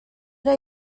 era